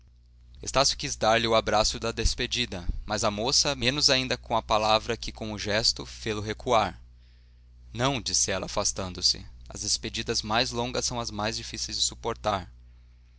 estácio quis dar-lhe o abraço da despedida mas a moça menos ainda com a palavra que com o gesto fê-lo recuar não disse ela afastando-se as despedidas mais longas são as mais difíceis de suportar